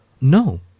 No